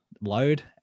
load